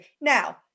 Now